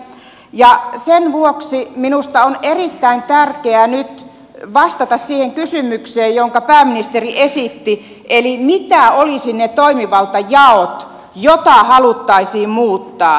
sen vuoksi minusta on erittäin tärkeää nyt vastata siihen kysymykseen jonka pääministeri esitti eli siihen mitä olisivat ne toimivaltajaot joita haluttaisiin muuttaa